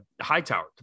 Hightower